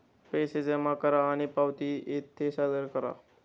पैसे जमा करा आणि पावती येथे सादर करा